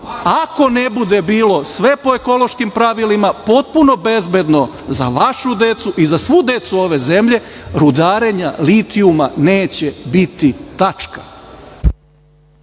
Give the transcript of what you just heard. ne bude bilo sve po ekološkim pravilima, potpuno bezbedno za vašu decu i za svu decu ove zemlje, rudarenja litijuma neće biti. Tačka.